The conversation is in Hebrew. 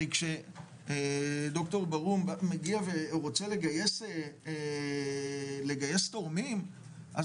הרי כד"ר ברהום מגיע ורוצה לגייס תורמים אז